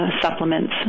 supplements